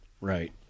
Right